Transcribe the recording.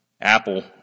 Apple